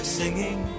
singing